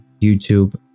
YouTube